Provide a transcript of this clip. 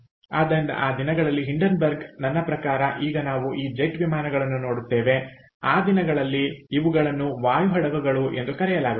ಆದ್ದರಿಂದ ಆ ದಿನಗಳಲ್ಲಿ ಹಿಂಡೆನ್ಬರ್ಗ್ ನನ್ನ ಪ್ರಕಾರ ಈಗ ನಾವು ಈ ಜೆಟ್ ವಿಮಾನಗಳನ್ನು ನೋಡುತ್ತೇವೆ ಆ ದಿನಗಳಲ್ಲಿ ಇವುಗಳನ್ನು ವಾಯು ಹಡಗುಗಳು ಎಂದು ಕರೆಯಲಾಗುತ್ತಿತ್ತು